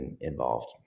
involved